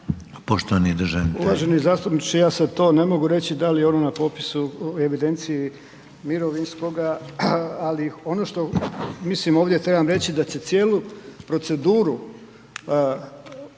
Uvaženi zastupniče ja sad to ne mogu reći da li je ona na popisu u evidenciji mirovinskoga, ali ono što mislim ovdje trebam reći da će cijelu proceduru upravnog